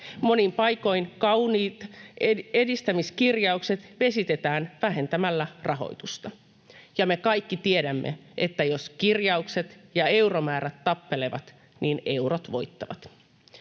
Monin paikoin kauniit edistämiskirjaukset vesitetään vähentämällä rahoitusta. Ja me kaikki tiedämme, että jos kirjaukset ja euromäärät tappelevat, niin eurot voittavat.